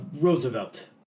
Roosevelt